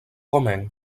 romaine